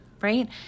right